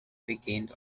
begin